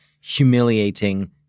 humiliating